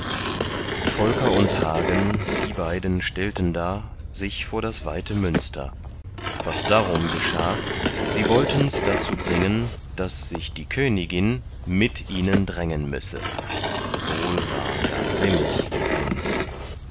volker und hagen die beiden stellten da sich vor das weite münster was darum geschah sie wolltens dazu bringen daß sich die königin mit ihnen drängen müsse wohl war gar grimmig ihr sinn